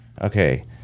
Okay